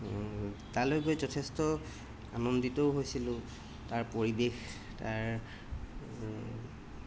তালৈ গৈ যথেষ্ট আনন্দিতও হৈছিলোঁ তাৰ পৰিৱেশ তাৰ